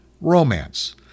romance—